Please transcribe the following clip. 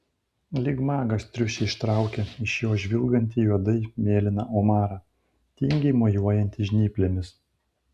lyg magas triušį ištraukia iš jo žvilgantį juodai mėlyną omarą tingiai mojuojantį žnyplėmis